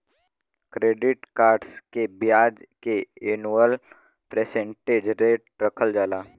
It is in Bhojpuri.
क्रेडिट कार्ड्स के ब्याज के एनुअल परसेंटेज रेट रखल जाला